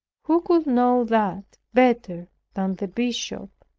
who could know that better than the bishop?